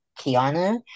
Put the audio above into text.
Kiana